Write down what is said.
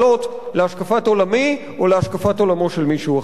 להשקפת עולמי או להשקפת עולמו של מישהו אחר.